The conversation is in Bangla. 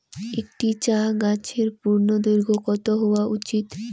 একটি চা গাছের পূর্ণদৈর্ঘ্য কত হওয়া উচিৎ?